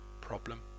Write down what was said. problem